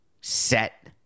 set